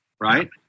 right